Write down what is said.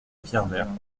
pierrevert